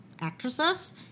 actresses